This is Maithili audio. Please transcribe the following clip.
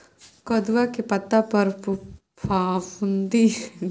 कदुआ के पता पर फफुंदी भेल जाय छै एकर कारण?